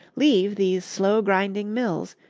leave these slow-grinding mills,